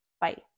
Bye